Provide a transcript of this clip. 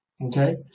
okay